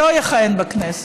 שלא יכהן בכנסת,